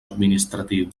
administratiu